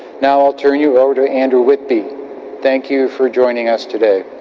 now, i'll turn you over to andrew whitby thank you for join us today.